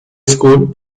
school